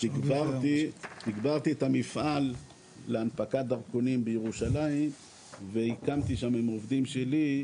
הגברתי את המפעל להנפקת דרכונים בירושלים והקמתי שם עם עובדים שלי,